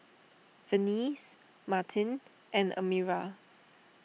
Venice Martin and Amira